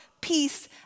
peace